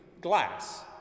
glass